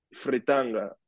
fritanga